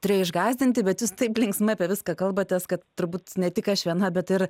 turėjo išgąsdinti bet jūs taip linksmai apie viską kalbatės kad turbūt ne tik aš viena bet ir